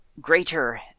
greater